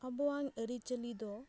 ᱟᱵᱚᱣᱟᱝ ᱟᱹᱨᱤᱪᱟᱹᱞᱤ ᱫᱚ